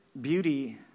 beauty